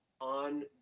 on